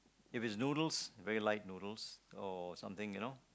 if it's noodles very light noodles or something you know